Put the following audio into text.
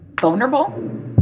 vulnerable